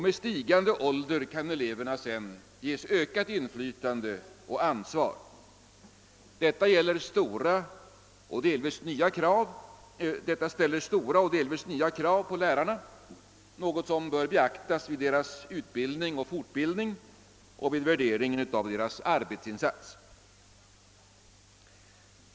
Med stigande ålder kan eleverna sedan ges ökat inflytande och ansvar. Detta ställer stora och delvis nya krav på lärarna, något som bör beaktas vid deras utbildning och fortbildning och vid värderingen av deras arbetsinsats.